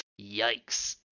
yikes